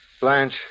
Blanche